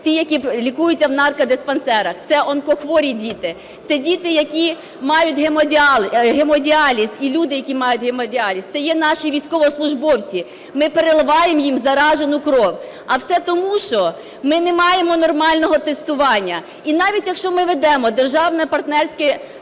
ті, які лікуються в наркодиспансерах, це онкохворі діти, це діти, які мають гемодіаліз, і люди, які мають гемодіаліз, це є наші військовослужбовці. Ми переливаємо їм заражену кров. А все тому, що ми не маємо нормального тестування. І навіть якщо ми введемо державне партнерське...